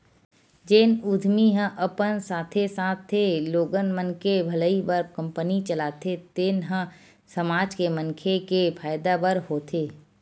जेन उद्यमी ह अपन साथे साथे लोगन मन के भलई बर कंपनी चलाथे तेन ह समाज के मनखे के फायदा बर होथे